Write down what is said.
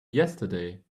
yesterday